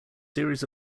series